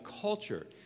culture